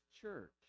church